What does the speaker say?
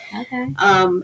Okay